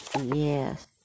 Yes